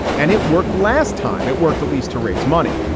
and it worked last time. it worked at least to raise money,